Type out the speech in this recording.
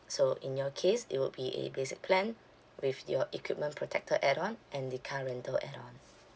so in your case it will be a basic plan with your equipment protector add-on and the car rental add-on